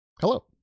Hello